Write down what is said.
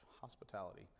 hospitality